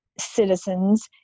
citizens